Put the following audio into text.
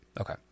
Okay